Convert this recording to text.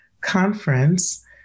Conference